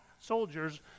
soldiers